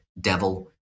Devil